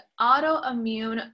Autoimmune